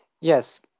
Yes